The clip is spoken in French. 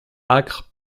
âcre